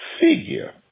figure